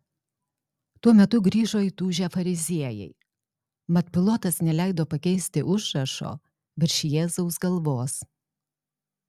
tuo metu grįžo įtūžę fariziejai mat pilotas neleido pakeisti užrašo virš jėzaus galvos